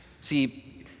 See